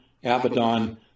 Abaddon